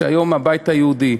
שהיום היא הבית היהודי,